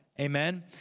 Amen